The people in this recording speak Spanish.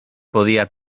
podía